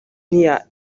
n’iya